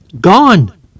Gone